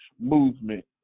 movement